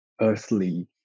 earthly